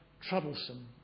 troublesome